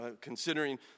considering